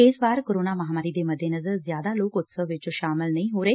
ਇਸ ਵਾਰ ਕੋਰੋਨਾਂ ਮਹਾਂਮਾਰੀ ਦੇ ਮੱਦੇਨਜ਼ਰ ਜ਼ਿਆਦਾ ਲੋਕ ਉਤਸਵ ਵਿਚ ਸ਼ਾਮਲ ਨਹੀਂ ਹੋ ਰਹੇ